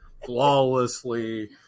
flawlessly